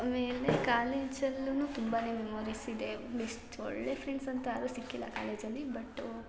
ಆಮೇಲೆ ಕಾಲೇಜಲ್ಲೂ ತುಂಬಾ ಮೆಮೋರಿಸ್ ಇದೆ ಬೆಸ್ಟ್ ಒಳ್ಳೆಯ ಫ್ರೆಂಡ್ಸ್ ಅಂತ ಯಾರೂ ಸಿಕ್ಕಿಲ್ಲ ಕಾಲೇಜಲ್ಲಿ ಬಟ್ಟು